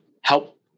help